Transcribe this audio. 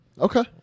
Okay